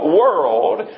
world